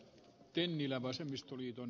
arvoisa puhemies